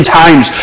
times